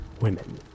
women